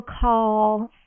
call